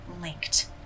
linked